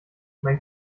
mein